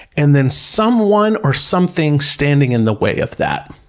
and then someone or something standing in the way of that.